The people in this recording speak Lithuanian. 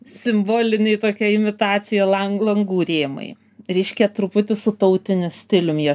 simboliniai tokią imitaciją lang langų rėmai ryškia truputį su tautiniu stilium jie